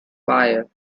fire